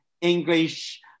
English